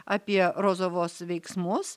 apie rozovos veiksmus